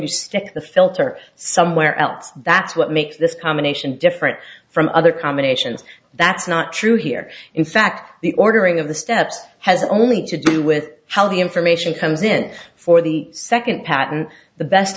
to stick the filter somewhere else that's what makes this combination different from other combinations that's not true here in fact the ordering of the steps has only to do with how the information comes in for the second patent the best